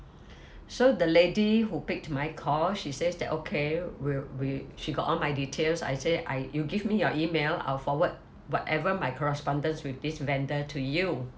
so the lady who picked my call she says that okay we'll we she got all my details I say I you give me your email I'll forward whatever my correspondence with this vendor to you